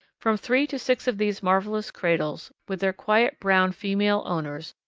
from three to six of these marvellous cradles, with their quiet brown female owners,